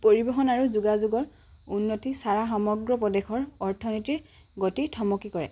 পৰিবহণ আৰু যোগাযোগৰ উন্নতি চাৰা সামগ্ৰিক প্ৰদেশৰ অৰ্থনীতিৰ গতি থমকি পৰে